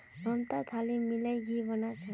ममता छाली मिलइ घी बना छ